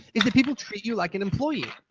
is that people treat you like an employee.